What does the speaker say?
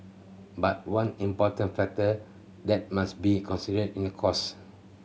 but one important factor that must be considered in a cost